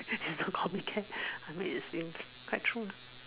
don't call me can I mean it seems quite true lah